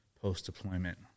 post-deployment